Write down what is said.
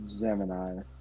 Gemini